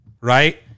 Right